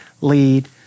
lead